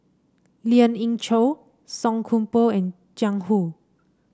Lien Ying Chow Song Koon Poh and Jiang Hu